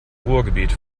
ruhrgebiet